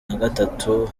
nagatatu